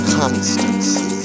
constancy